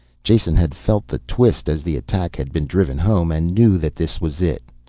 jason had felt the twist as the attack had been driven home, and knew that this was it.